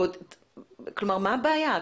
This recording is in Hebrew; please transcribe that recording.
מה הבעיה?